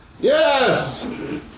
Yes